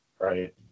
Right